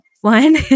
one